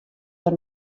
der